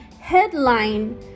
headline